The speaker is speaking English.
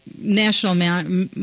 national